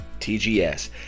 TGS